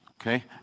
Okay